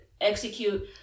execute